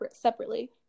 separately